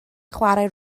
chwarae